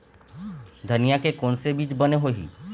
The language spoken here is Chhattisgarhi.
धनिया के कोन से बीज बने होही?